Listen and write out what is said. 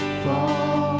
fall